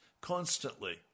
constantly